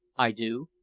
i do.